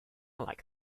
like